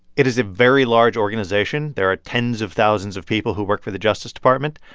it is a very large organization. there are tens of thousands of people who work for the justice department.